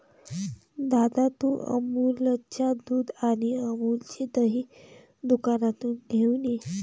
दादा, तू अमूलच्या दुध आणि अमूलचे दही दुकानातून घेऊन ये